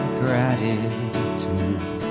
gratitude